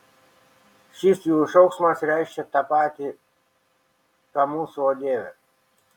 šis jų šauksmas reiškia tą patį ką mūsų o dieve